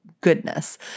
goodness